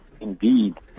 indeed